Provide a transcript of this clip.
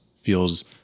feels